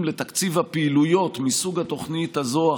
לתקציב הפעילויות מסוג התוכנית הזאת,